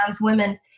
women